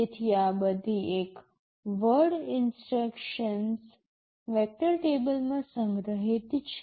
તેથી આ બધી એક વર્ડ ઇન્સટ્રક્શન્સ વેક્ટર ટેબલમાં સંગ્રહિત છે